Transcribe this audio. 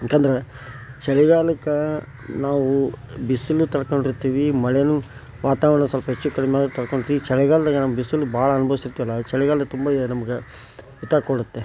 ಏಕೆಂದ್ರೆ ಚಳಿಗಾಲಕ್ಕೆ ನಾವು ಬಿಸಿಲು ತಡ್ಕೊಂಡಿರ್ತೀವಿ ಮಳೆಯೂ ವಾತಾವರಣ ಸ್ವಲ್ಪ ಹೆಚ್ಚು ಕಡಿಮೆ ತಡ್ಕೊಳ್ತೀವಿ ಚಳಿಗಾಲದಾಗ ಬಿಸಿಲು ಭಾಳ ಅನುಭವಿಸಿರ್ತೀವಲ್ಲ ಚಳಿಗಾಲ ತುಂಬ ಯ ನಮಗೆ ಹಿತ ಕೊಡುತ್ತೆ